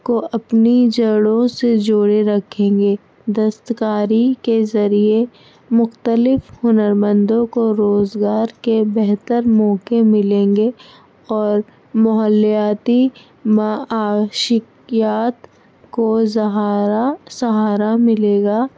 کو اپنی جڑوں سے جوڑے رکھیں گے دستکاری کے ذریعے مختلف ہنرمندوں کو روزگار کے بہتر موقعے ملیں گے اور ماحولیاتی معاشیات کو زہارا سہارا ملے گا